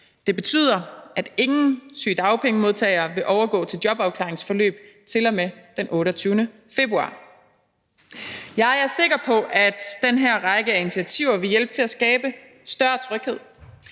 Det betyder, at ingen sygedagpengemodtagere vil overgå til jobafklaringsforløb til og med den 28. februar. Jeg er sikker på, at den her række af initiativer vil hjælpe til at skabe større tryghed